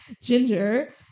Ginger